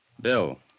Bill